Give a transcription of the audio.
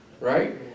right